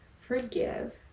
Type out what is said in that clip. Forgive